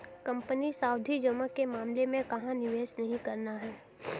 Company सावधि जमा के मामले में कहाँ निवेश नहीं करना है?